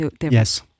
Yes